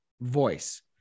Voice